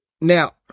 Now